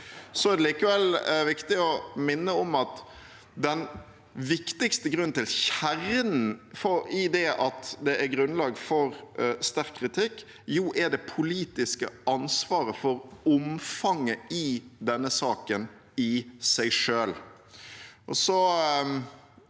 Det er likevel viktig å minne om at kjernen og den viktigste grunnen til at det er grunnlag for sterk kritikk, er det politiske ansvaret for omfanget i denne saken i seg selv.